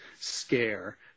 scare